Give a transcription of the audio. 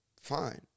fine